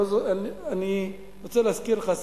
אני רוצה להזכיר לך,